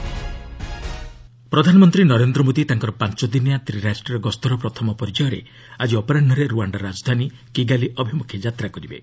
PM Africa visit ପ୍ରଧାନମନ୍ତ୍ରୀ ନରେନ୍ଦ୍ର ମୋଦି ତାଙ୍କର ପାଞ୍ଚଦିନିଆ ତ୍ରିରାଷ୍ଟ୍ରୀୟ ଗସ୍ତର ପ୍ରଥମ ପର୍ଯ୍ୟାୟରେ ଆଜି ଅପରାହୁରେ ରୁଆଣ୍ଡା ରାଜଧାନୀ କିଗାଲି ଅଭିମୁଖେ ଯାତ୍ରା କରିବେ